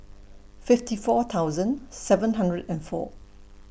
fifty four thousand seven hundred and four